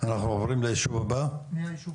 אנחנו עוברים לישוב הבא,